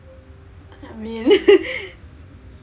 I mean